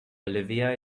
olivia